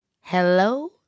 hello